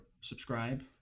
subscribe